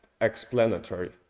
explanatory